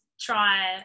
try